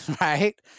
Right